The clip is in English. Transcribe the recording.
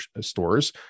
stores